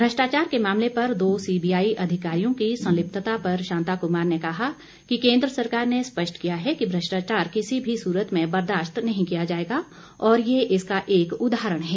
भ्रष्टाचार के मामले पर दो सीबीआई अधिकारियों की संलिप्तता पर शांता कुमार ने कहा कि केंद्र सरकार ने स्पष्ट किया है कि भ्रष्टाचार किसी भी सूरत में बर्दाशत नहीं किया जाएगा और ये इसका एक उदाहरण है